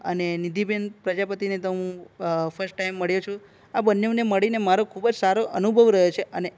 અને નિધિબેન પ્રજાપતિને તો હું ફર્સ્ટ ટાઈમ મળ્યો છું આ બન્નેને મળીને મારો ખૂબ જ સારો અનુભવ રહ્યો છે અને